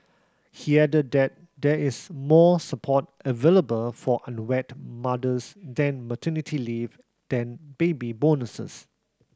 he added that there is more support available for unwed mothers than maternity leave then baby bonuses